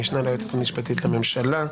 המשנה ליועצת המשפטית לממשלה,